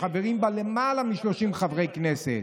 שחברים בה למעלה מ-30 חברי כנסת,